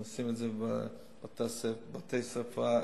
הם עושים את זה בבתי-ספר כלליים.